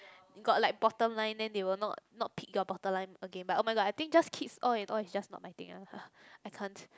got like bottom line then they will not not pick your bottom line again but oh-my-god I think just kids all in all is just not my thing ah I can't